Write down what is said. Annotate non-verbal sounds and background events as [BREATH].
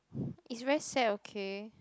[BREATH] it's very sad okay